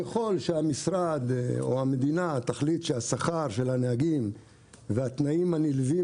ככל שהמשרד או המדינה תחליט שהשכר של הנהגים והתנאים הנלווים